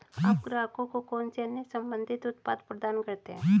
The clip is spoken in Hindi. आप ग्राहकों को कौन से अन्य संबंधित उत्पाद प्रदान करते हैं?